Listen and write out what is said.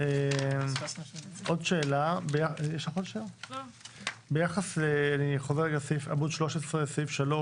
עוד שאלה, אני חוזר לעמוד 13 סעיף 3,